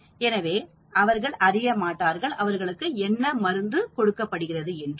எனவே அவர்கள் அறிய மாட்டார்கள் அவர்களுக்கு என்ன மருந்து கொடுக்கப்படுகிறது என்று